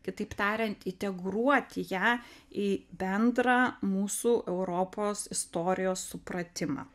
kitaip tariant integruoti ją į bendrą mūsų europos istorijos supratimą